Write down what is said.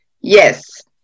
Yes